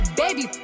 baby